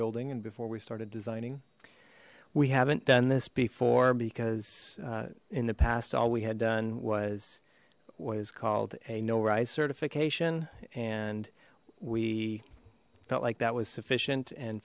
building and before we started designing we haven't done this before because in the past all we had done was was called a no rise certification and we felt like that was sufficient and